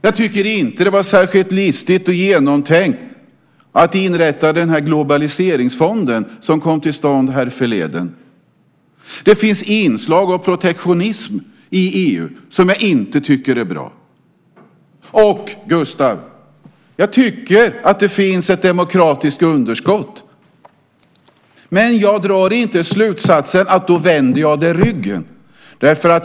Jag tycker inte att det var särskilt listigt och genomtänkt att inrätta globaliseringsfonden som kom till stånd härförleden. Det finns inslag av protektionism i EU som jag inte tycker är bra. Och, Gustav, jag tycker att det finns ett demokratiskt underskott. Men jag drar inte slutsatsen att man då ska vända EU ryggen.